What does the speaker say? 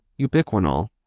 ubiquinol